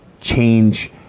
change